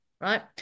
right